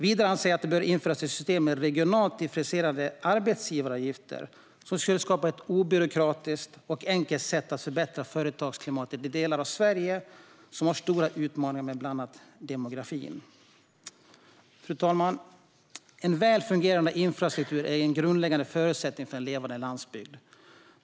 Vidare anser jag att det bör införas ett system med regionalt differentierade arbetsgivaravgifter. Det skulle skapa ett obyråkratiskt och enkelt sätt att förbättra företagsklimatet i delar av Sverige som har stora utmaningar med bland annat demografin. Fru talman! En väl fungerande infrastruktur är en grundläggande förutsättning för en levande landsbygd.